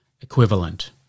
Equivalent